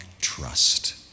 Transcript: trust